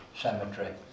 cemetery